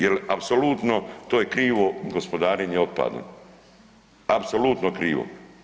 Jel apsolutno to je krivo gospodarenje otpadom, apsolutno krivo.